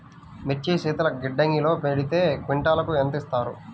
మిర్చి శీతల గిడ్డంగిలో పెడితే క్వింటాలుకు ఎంత ఇస్తారు?